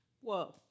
Whoa